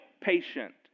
patient